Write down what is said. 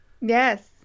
Yes